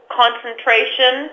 concentration